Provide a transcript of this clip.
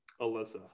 Alyssa